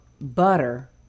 butter